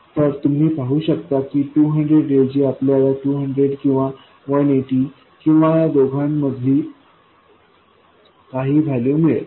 तर तुम्ही पाहु शकता की 200 ऐवजी आपल्याला 220 किंवा 180 किंवा या दोघांमधली काही व्हॅल्यू मिळेल